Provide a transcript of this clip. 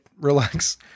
relax